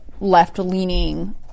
left-leaning